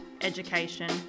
education